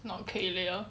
not K layer